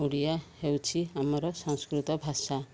ଓଡ଼ିଆ ହେଉଛି ଆମର ସଂସ୍କୃତ ଭାଷା